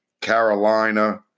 Carolina